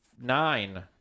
nine